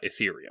Ethereum